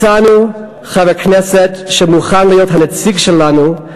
מצאנו חבר כנסת שמוכן להיות הנציג שלנו,